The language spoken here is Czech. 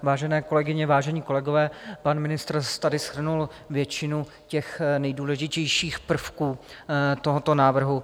Vážené kolegyně, vážení kolegové, pan ministr tady shrnul většinu nejdůležitějších prvků tohoto návrhu.